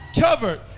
covered